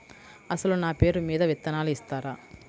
అసలు నా పేరు మీద విత్తనాలు ఇస్తారా?